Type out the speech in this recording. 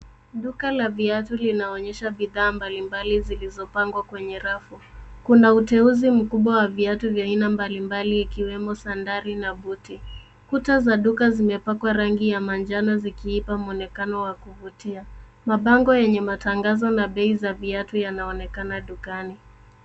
Duka la viatu linaonyesha bidhaa mbalimbali zilizopangwa kwenye rafu. Kuna uteuzi mkubwa wa viatu vya aina mbalimbali ikiwemo sandali na buti. Kuta za duka zimepakwa rangi ya manjano zikiipa mwonekano wa kuvutia. Mabango yenye matangazo na bei za viatu yanaonekana dukani.